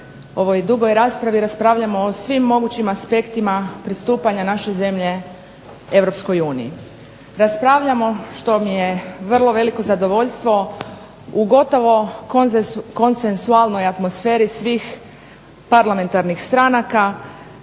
ovoj dugoj raspravi raspravljamo o svim mogućim aspektima pristupanja naše zemlje Europskoj uniji. Raspravljamo što mi je vrlo veliko zadovoljstvo u gotovo konsensualnoj atmosferi svih parlamentarnih stranaka,